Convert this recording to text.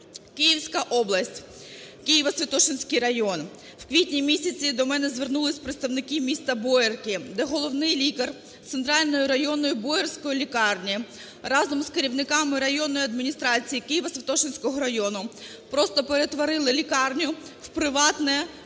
Київська область. Києво-Святошинський район. В квітні-місяці до мене звернулися представники міста Боярки, де головний лікар Центральної районної боярської лікарні разом з керівниками районної адміністрації Києво-Святошинського району просто перетворили лікарню в приватне, власне,